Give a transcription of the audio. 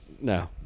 No